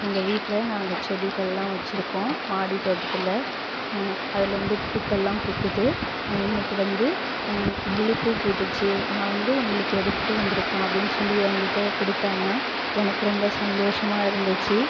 எங்கள் வீட்டில் நாங்கள் செடிகள்லாம் வச்சுருக்கோம் மாடி தோட்டத்தில் அதுலேருந்து பூக்கள்லாம் பூக்குது இன்னக்கு வந்து மல்லிப்பூ பூத்துச்சு நான் வந்து உங்களுக்கு எடுத்துட்டு வந்திருக்கன் அப்படின் சொல்லி என்கிட்டே கொடுத்தாங்க எனக்கு ரொம்ப சந்தோஷமாக இருந்துச்சு